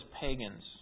pagans